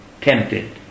tempted